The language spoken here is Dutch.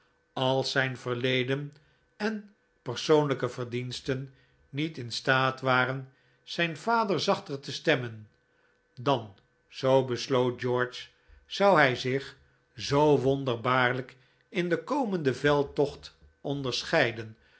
als zijn verleden en persoonlijke verdiensten niet in staat waren zijn vader zachter te stemmen dan zoo besloot george zou hij zich zoo wonderbaarlijk in den komenden veldtocht onderscheiden